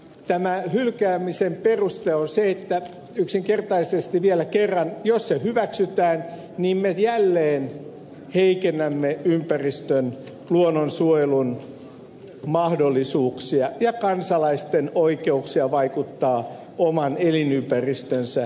tämä hylkäämisen peruste on se että yksinkertaisesti vielä kerran jos se hyväksytään niin me jälleen heikennämme ympäristön luonnonsuojelun mahdollisuuksia ja kansalaisten oikeuksia vaikuttaa oman elinympäristönsä kehittämiseen